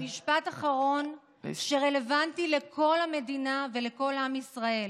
משפט אחרון שרלוונטי לכל המדינה ולכל עם ישראל: